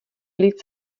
lid